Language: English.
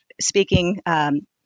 speaking